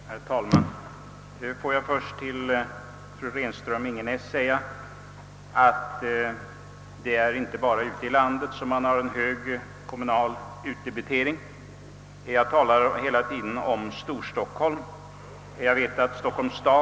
Herr talman! Får jag först till fru Renström-Ingenäs säga att det inte bara är ute i landet som man har en hög kommunal utdebitering. Jag talar hela tiden om Storstockholm.